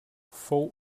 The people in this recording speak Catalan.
fou